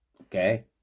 Okay